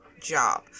job